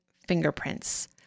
fingerprints